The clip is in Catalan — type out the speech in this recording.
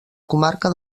comarca